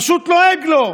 פשוט לועג לו,